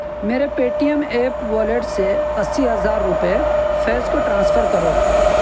میرے Paytm app wallet سے اسی ہزار روپے فیض کو ٹرانسفر کرو